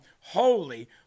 Holy